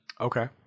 Okay